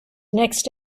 next